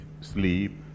sleep